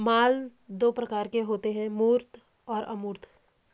माल दो प्रकार के होते है मूर्त अमूर्त